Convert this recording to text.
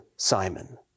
Simon